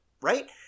right